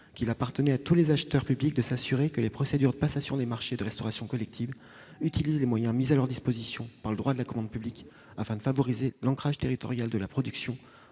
qu'il appartenait à tous les acheteurs publics de s'assurer que les procédures de passation des marchés de la restauration collective recourent aux moyens mis à disposition par le droit de la commande publique afin de favoriser l'ancrage territorial de la production,